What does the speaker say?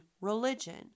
religion